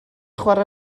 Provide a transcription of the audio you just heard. chwarae